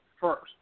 first